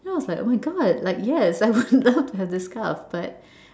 then I was like oh my god like yes I would love to have this scarf but